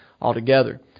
altogether